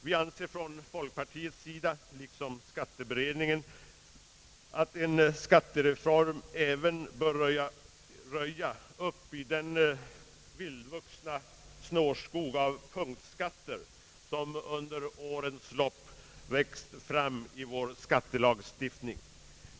Vi anser från folkpartiets sida liksom skatteberedningen att en skattereform även bör röja upp i den vildvuxna snårskog av punktskatter som under årens lopp växt upp i vår skattelagstiftning.